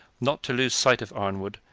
not to lose sight of arnwood,